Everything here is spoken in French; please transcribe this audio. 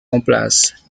remplace